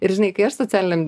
ir žinai kai aš socialiniam